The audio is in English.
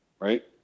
Right